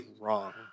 wrong